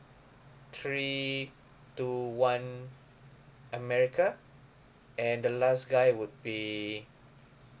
three two one america and the last guy would be